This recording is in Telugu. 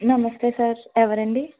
నమస్తే సర్ ఎవరండి